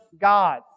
God